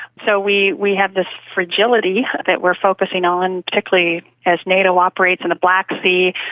so we we have this fragility that we are focusing on, particularly as nato operates in the black sea,